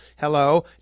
Hello